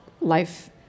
life